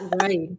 Right